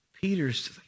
Peter's